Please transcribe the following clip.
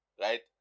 right